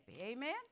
Amen